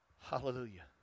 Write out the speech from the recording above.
Hallelujah